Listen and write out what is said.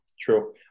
True